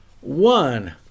one